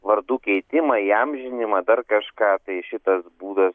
vardų keitimą įamžinimą dar kažką tai šitas būdas